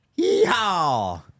Yeehaw